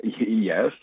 Yes